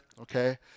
okay